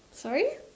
sorry